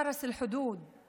ואת משמר הגבול עם נשקים,